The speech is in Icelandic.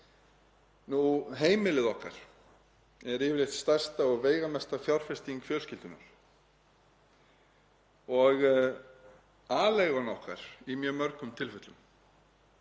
er. Heimilið okkar er yfirleitt stærsta og veigamesta fjárfesting fjölskyldunnar og aleigan okkar í mjög mörgum tilfellum.